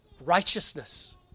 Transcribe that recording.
righteousness